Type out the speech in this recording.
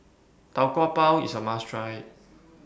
Tau Kwa Pau IS A must Try